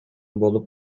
болуп